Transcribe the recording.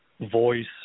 voice